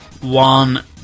one